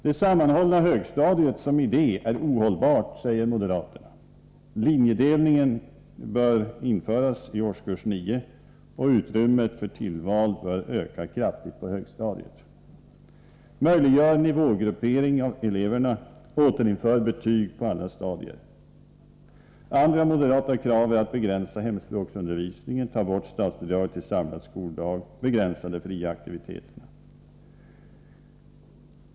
Det sammanhållna högstadiet som idé är ohållbart, säger moderaterna. Linjedelningen bör införas i årskurs 9, och utrymmet för tillval bör öka kraftigt på högstadiet. Andra moderata krav är att begränsa hemspråksundervisningen, ta bort statsbidraget till samlad skoldag och begränsa de fria aktiviteterna.